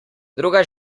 druga